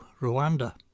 Rwanda